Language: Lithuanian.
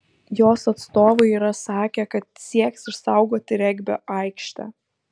jos atstovai yra sakę kad sieks išsaugoti regbio aikštę